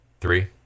Three